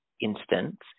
instance